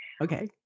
Okay